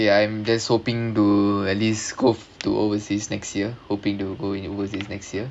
okay I'm just hoping to at least cope to overseas next year hoping to go in overseas next year